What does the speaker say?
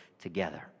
together